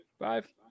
Five